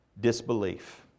Disbelief